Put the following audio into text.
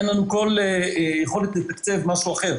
אין לנו כל יכולת לתקצב משהו אחר.